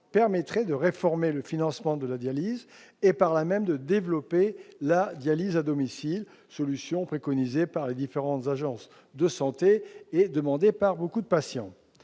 permettrait de réformer le financement de la dialyse, et par là même de développer la dialyse à domicile, solution préconisée par les différentes agences de santé et demandée par beaucoup de patients.